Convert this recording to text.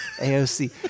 AOC